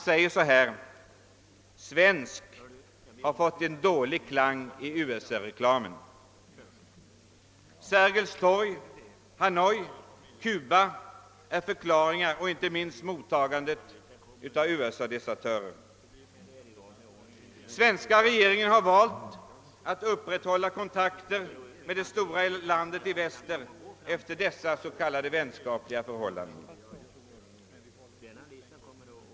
Ordet svensk sägs ha fått en dålig klang i USA-reklamen. Sergels torg, Hanoi, Cuba och inte minst mottagandet av USA-desertörer är förklaringar. Den svenska regeringen har valt att upprätthålla kontakten med det stora landet i väster efter dessa s.k. vänskapliga förhållanden.